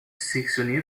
sélectionné